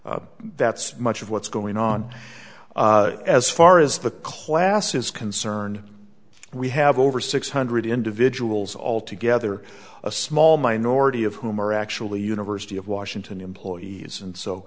so that's much of what's going on as far as the class is concerned we have over six hundred individuals all together a small minority of whom are actually university of washington employees and so